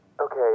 Okay